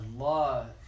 Allah